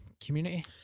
community